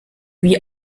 wie